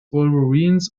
wolverines